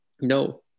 no